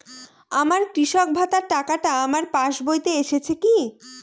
আমার কৃষক ভাতার টাকাটা আমার পাসবইতে এসেছে কি?